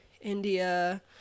india